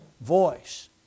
voice